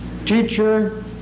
Teacher